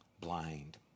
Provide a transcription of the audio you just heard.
blind